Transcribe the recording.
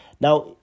Now